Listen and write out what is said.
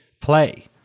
play